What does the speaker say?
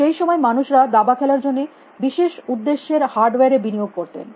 সেই সময়ে মানুষেরা দাবা খেলার জন্য বিশেষ উদ্দ্যেশের হার্ডওয়্যার এ বিনিয়োগ করতেন